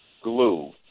glue